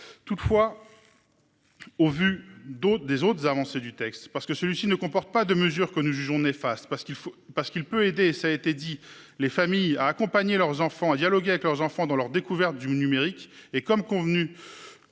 Toutefois. Au vu d'autres, des autres avancées du texte parce que celui-ci ne comporte pas de mesures que nous jugeons néfastes parce qu'il faut parce qu'il peut aider et ça a été dit les familles à accompagner leurs enfants à dialoguer avec leurs enfants dans leur découverte du numérique et comme convenu.